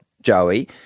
Joey